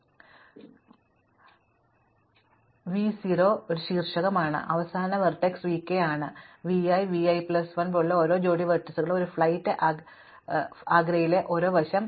അതിനാൽ നിങ്ങൾ ആരംഭിക്കാൻ താൽപ്പര്യപ്പെടുന്ന ആദ്യ ശീർഷകം v 0 ആണ് അവസാന വെർടെക്സ് vk ആണ് ഞങ്ങൾ അവസാനിപ്പിക്കാൻ താൽപ്പര്യപ്പെടുന്നതും vi vi പ്ലസ് 1 ഭാഗത്തുള്ള ഓരോ ജോഡി വെർട്ടീസുകളും ഒരു ഫ്ലൈറ്റ് ആഗ്രയിലെ ഒരു വശം